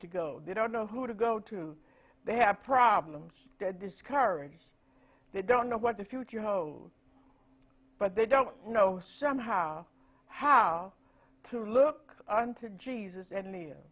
to go they don't know who to go to they have problems that discouraged they don't know what the future holds but they don't know somehow how to look on to jesus